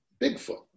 Bigfoot